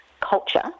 culture